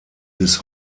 bis